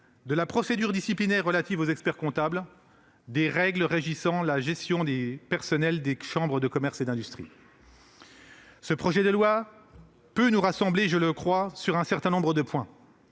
la procédure disciplinaire relative aux experts-comptables, ainsi que les règles régissant la gestion des personnels des chambres de commerce et d'industrie. Ce projet de loi peut nous rassembler, je le crois, sur un certain nombre de points